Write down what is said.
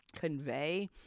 convey